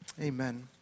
Amen